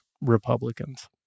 republicans